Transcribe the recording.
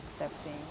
accepting